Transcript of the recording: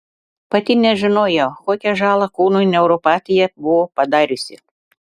pati nežinojau kokią žalą kūnui neuropatija buvo padariusi